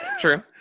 true